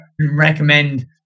recommend